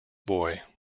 boy